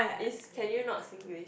is can you not Singlish